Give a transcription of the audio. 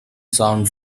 sound